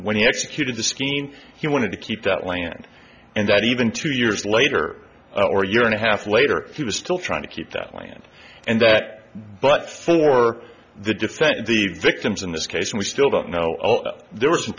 when he executed the skean he wanted to keep that land and that even two years later or a year and a half later he was still trying to keep that land and that but for the defense the victims in this case we still don't know there were some